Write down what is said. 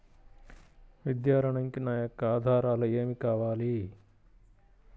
విద్యా ఋణంకి నా యొక్క ఆధారాలు ఏమి కావాలి?